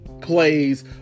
plays